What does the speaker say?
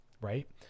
right